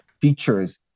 features